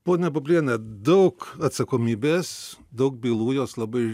pone bubliene daug atsakomybės daug bylų jos labai